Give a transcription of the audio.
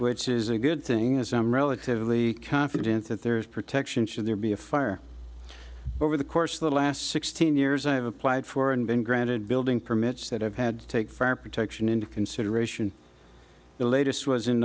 which is a good thing as i am relatively confident that there is protection should there be a fire over the course of the last sixteen years i have applied for and been granted building permits that have had to take fire protection into consideration the latest was in